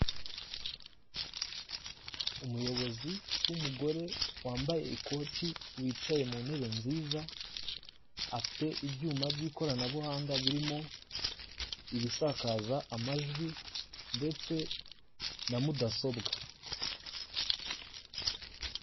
Umuyobozi w'umugore wambaye ikoti wicaye mu ntebe nziza afite ibyuma by'ikoranabuhanga birimo ibisakaza amajwi ndetse na mudasobwa.